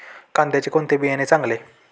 कांद्याचे कोणते बियाणे चांगले?